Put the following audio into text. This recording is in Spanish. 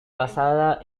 basada